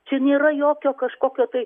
čia nėra jokio kažkokio tai